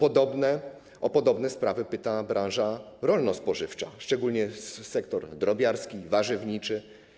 O podobne sprawy pyta branża rolno-spożywcza, szczególnie sektor drobiarski, warzywniczy.